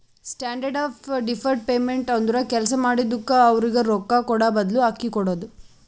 standard of deferred payment ಅಂದುರ್ ಕೆಲ್ಸಾ ಮಾಡಿದುಕ್ಕ ಅವ್ರಗ್ ರೊಕ್ಕಾ ಕೂಡಾಬದ್ಲು ಅಕ್ಕಿ ಕೊಡೋದು